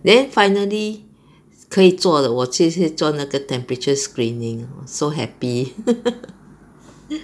then finally 可以做了我就去做那个 temperature screening so happy